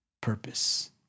purpose